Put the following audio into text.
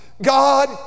God